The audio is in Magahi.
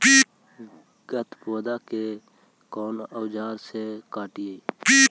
गत्पोदा के कौन औजार से हटायी?